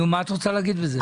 נו, מה את רוצה להגיד בזה?